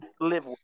live